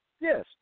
Yes